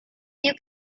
you